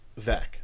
Vec